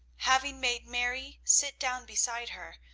having made mary sit down beside her,